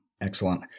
Excellent